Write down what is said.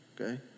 Okay